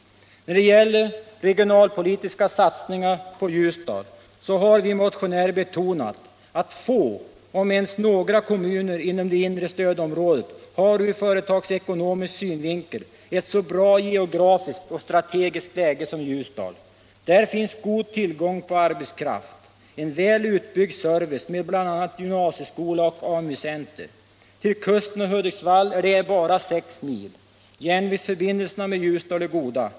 När det gäller regionalpolitiska satsningar på Ljusdal har vi motionärer betonat att få, om ens några, kommuner inom det inre stödområdet har ur företagsekonomisk synvinkel ett så bra geografiskt och strategiskt läge som Ljusdal. Där finns god tillgång på arbetskraft, en väl utbyggd service med bl.a. gymnasieskola och AMU-center. Till kusten och Hudiksvall är det bara sex mil. Järnvägsförbindelserna med Ljusdal är goda.